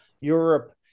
Europe